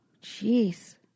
jeez